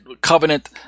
covenant